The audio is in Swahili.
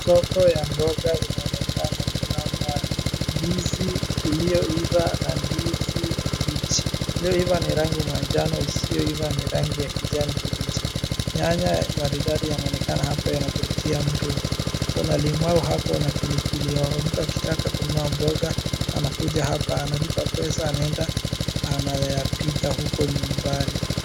Soko ya mboga inaonekana. Kuna mandizi iliyoiva na ndizi mbichi. Iliyoiva ni rangi manjano, isiyoiva ni rangi ya kijani kibichi. Nyanya maridadi yanaonekana hapa yanavurutia mtu. Kuna limau hapo na pilipili hoho. Mtu akitaka kununua mboga anakuja hapa analipa pesa anaenda anapika huko nyumbani.